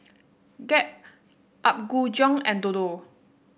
Gap Apgujeong and Dodo